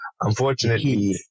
unfortunately